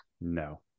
No